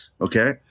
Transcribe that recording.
okay